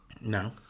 No